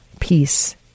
peace